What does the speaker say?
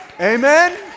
Amen